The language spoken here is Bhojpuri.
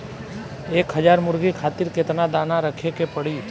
एक हज़ार मुर्गी खातिर केतना दाना रखे के पड़ी?